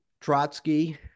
Trotsky